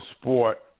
sport